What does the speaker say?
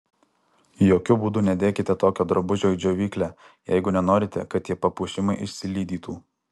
jokiu būdu nedėkite tokio drabužio į džiovyklę jeigu nenorite kad tie papuošimai išsilydytų